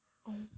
oh